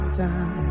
time